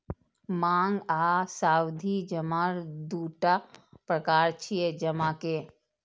मांग आ सावधि जमा दूटा प्रकार छियै जमा के